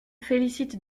félicite